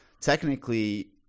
technically